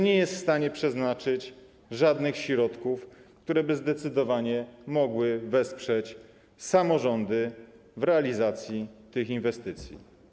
Nie jest w stanie przeznaczyć żadnych środków, które mogłyby zdecydowanie wesprzeć samorządy w realizacji tych inwestycji.